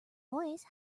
voice